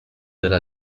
della